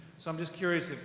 so, i'm just curious,